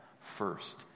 First